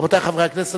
רבותי חברי הכנסת,